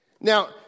Now